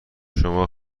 شما